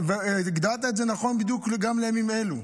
והגדרת את זה נכון בדיוק גם לימים אלה.